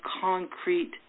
concrete